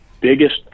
biggest